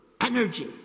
energy